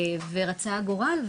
רצה הגורל,